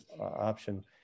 option